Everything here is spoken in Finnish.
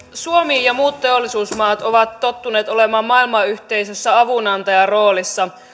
suomi ja muut teollisuusmaat ovat tottuneet olemaan maailmanyhteisössä avunantajaroolissa